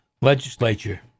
Legislature